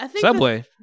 Subway